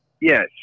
yes